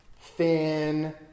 thin